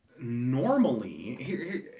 normally